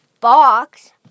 box